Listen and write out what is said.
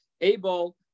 able